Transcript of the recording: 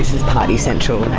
is party central.